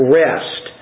rest